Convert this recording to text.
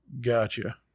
Gotcha